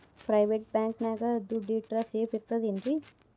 Private bank ನ್ಯಾಗ್ ದುಡ್ಡ ಇಟ್ರ ಸೇಫ್ ಇರ್ತದೇನ್ರಿ?